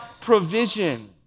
provision